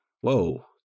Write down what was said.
Whoa